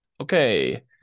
Okay